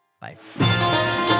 Bye